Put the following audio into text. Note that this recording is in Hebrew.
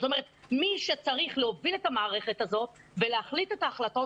מי שצריך להוביל את המערכת הזאת ולקבל את ההחלטות